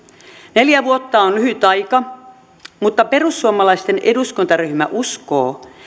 neljä vuotta on lyhyt aika mutta perussuomalaisten eduskuntaryhmä uskoo